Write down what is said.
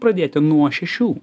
pradėti nuo šešių